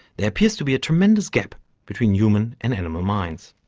there appears to be a tremendous gap between human and animal minds.